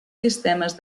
sistemes